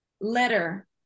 letter